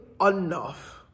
enough